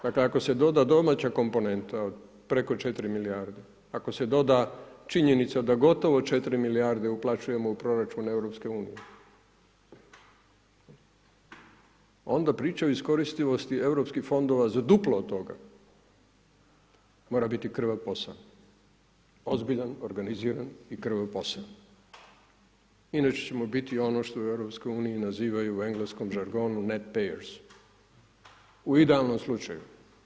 Dakle, ako se doda domaća komponenta, od preko 4 milijarde, ako se doda činjenica da gotovo 4 milijarde uplaćujemo u proračun EU, onda priča o iskoristivosti europskih fondova za duplo od toga mora biti krvav posao, ozbiljan, organiziran i krvavi posao, inače ćemo biti ono što u EU nazivaju u engleskom žargonu … u idealnom slučaju.